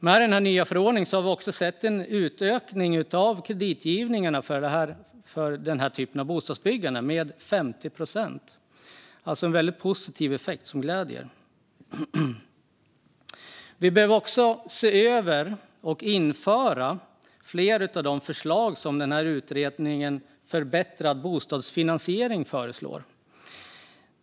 Med den nya förordningen har vi också sett en ökning av tilldelade kreditgarantier för denna typ av bostadsbyggande med 50 procent. Det är alltså en väldigt positiv effekt, som gläder. Vi behöver se över och införa fler av de förslag som utredningen om förbättrad bostadsfinansiering har.